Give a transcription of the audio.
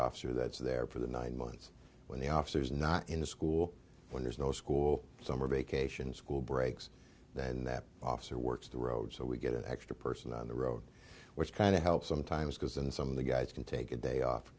officer that's there for the nine months when the officer is not in school when there's no school summer vacation school breaks then that officer works the road so we get an extra person on the road which kind of helps sometimes because in some of the guys can take a day off